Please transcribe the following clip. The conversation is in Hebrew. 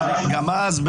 גם אז,